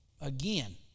again